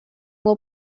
will